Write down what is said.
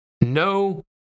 no